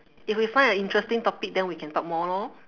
if we find an interesting topic then we can talk more lor